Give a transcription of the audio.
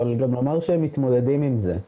אבל גם לומר שהם מתמודדים עם זה.